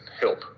help